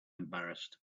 embarrassed